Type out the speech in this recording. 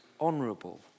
honourable